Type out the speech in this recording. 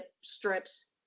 strips